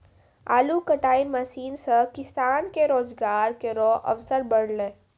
आलू कटाई मसीन सें किसान के रोजगार केरो अवसर बढ़लै